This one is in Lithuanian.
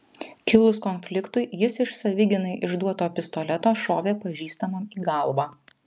kilus konfliktui jis iš savigynai išduoto pistoleto šovė pažįstamam į galvą